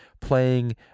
playing